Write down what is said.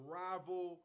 rival